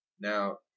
Now